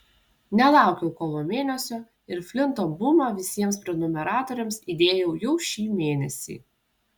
nelaukiau kovo mėnesio ir flinto bumą visiems prenumeratoriams įdėjau jau šį mėnesį